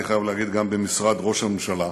ואני חייב להגיד שגם במשרד ראש הממשלה,